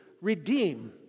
redeem